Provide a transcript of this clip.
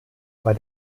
bei